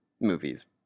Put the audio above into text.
movies